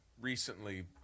recently